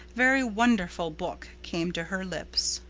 very wonderful book came to her lips,